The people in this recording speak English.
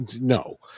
no